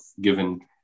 given